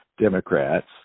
Democrats